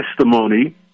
testimony